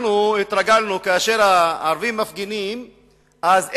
אנחנו התרגלנו שכאשר הערבים מפגינים אז,